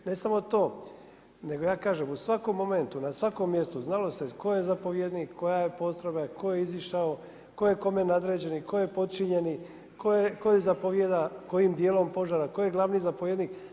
Ne samo to, nego ja kažem u svakom momentu, na svakom mjestu, znalo se tko je zapovjednik, koja je postrojba, tko je izišao, tko je kome nadređeni, tko je podčinjeni, tko zapovijeda, kojim dijelom požara, tko je glavni zapovjednik.